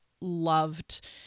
loved